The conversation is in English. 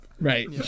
right